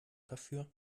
dafür